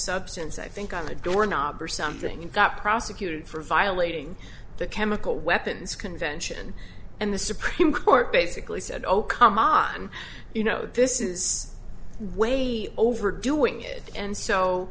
substance i think on a door knob or something and got prosecuted for violating the chemical weapons convention and the supreme court basically said oh come on you know this is way over doing it and so